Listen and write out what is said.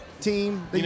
team